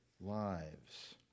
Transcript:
lives